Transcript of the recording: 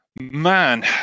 man